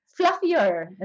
fluffier